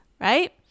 right